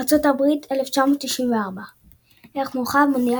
ארצות הברית 1994 ערך מורחב – מונדיאל